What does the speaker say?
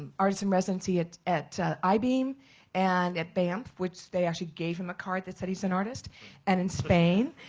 artist in residency at at eyebeam and at banff which they actually gave him a card that said he is an artist and in spain.